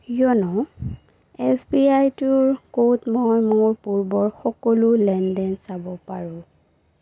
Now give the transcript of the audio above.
YONO এছবিআইটোৰ ক'ত মই মোৰ পূৰ্বৰ সকলো লেনদেন চাব পাৰোঁ